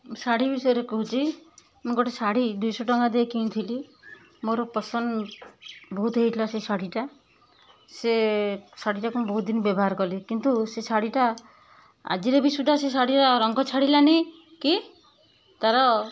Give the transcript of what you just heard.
ଶାଢ଼ୀ ବିଷୟରେ କହୁଛି ମୁଁ ଗୋଟେ ଶାଢ଼ୀ ଦୁଇ ଶହ ଟଙ୍କା ଦେଇକି କିଣିଥିଲି ମୋର ପସନ୍ଦ ବହୁତ ହେଇଥିଲା ସେ ଶାଢ଼ୀଟା ସେ ଶାଢ଼ୀଟାକୁ ମୁଁ ବହୁତ ଦିନ ବ୍ୟବହାର କଲି କିନ୍ତୁ ସେ ଶାଢ଼ୀଟା ଆଜିର ବି ସୁଦ୍ଧା ସେ ଶାଢ଼ୀର ରଙ୍ଗ ଛାଡ଼ିଲାନି କି ତାର